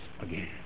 again